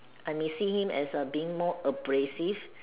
I may see him as being more abrasive